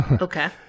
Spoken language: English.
Okay